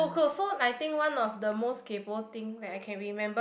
oh so so I think one of the most kaypoh thing that I can remember now